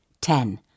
Ten